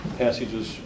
passages